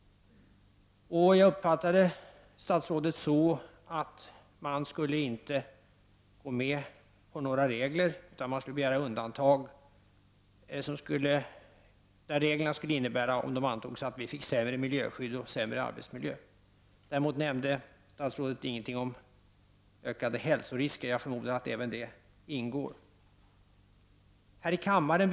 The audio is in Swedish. Jag uppfattade statsrådet så, att man inte skulle gå med på några regler som, om de antogs, skulle innebära att vi fick sämre miljöskydd och arbetsmiljö. I sådana fall skulle man begära undantag. Däremot nämnde statsrådet ingenting om ökade hälsorisker. Jag förmodar att även det ingår. Herr talman!